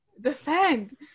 defend